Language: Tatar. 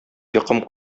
йокым